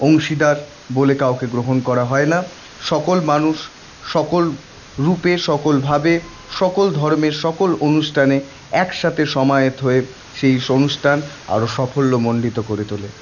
অংশীদার বলে কাউকে গ্রহণ করা হয় না সকল মানুষ সকল রূপে সকলভাবে সকল ধর্মের সকল অনুষ্ঠানে এক সাথে সমায়েত হয়ে সেই অনুষ্ঠান আরও সাফল্যমণ্ডিত করে তোলে